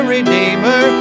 Redeemer